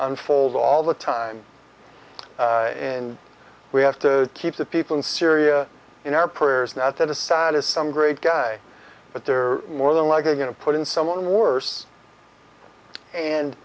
unfold all the time and we have to keep the people in syria in our prayers not that assad is some great guy but they're more than likely going to put in someone worse and